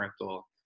rental